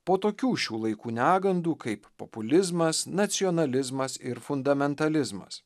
po tokių šių laikų negandų kaip populizmas nacionalizmas ir fundamentalizmas